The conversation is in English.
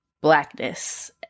blackness